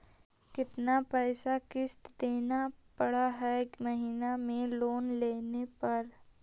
कितना पैसा किस्त देने पड़ है महीना में लोन लेने पर?